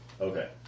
Okay